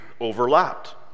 overlapped